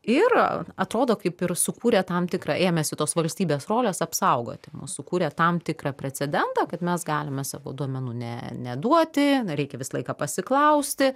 ir atrodo kaip ir sukūrė tam tikrą ėmėsi tos valstybės rolės apsaugoti mus sukūrė tam tikrą precedentą kad mes galime savo duomenų ne neduoti na reikia visą laiką pasiklausti